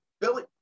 Billy